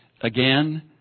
again